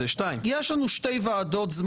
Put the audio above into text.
בסדר, אני חושב שזו הצעה שהיא ממש לא מושחתת, היא